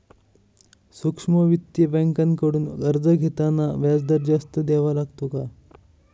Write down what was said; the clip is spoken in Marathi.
सूक्ष्म वित्तीय बँकांकडून कर्ज घेताना व्याजदर जास्त द्यावा लागतो का?